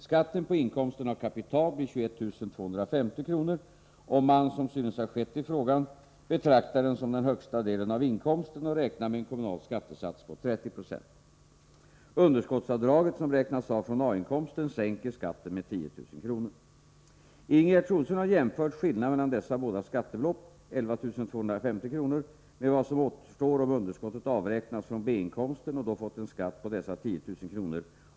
Skatten på inkomsten av kapital blir 21 250 kr., om man — som synes ha skett i frågan — betraktar den som den högsta delen av inkomsten och räknar med en kommunal skattesats på 30 20. Underskottsavdraget, som räknas av från A-inkomsten, sänker skatten med 10 000 kr. Ingegerd Troedsson har jämfört skillnaden mellan dessa båda skattebelopp, 11 250 kr., med vad som återstår om underskottet avräknas från B-inkomsten och då fått en skatt på dessa 10 000 kr.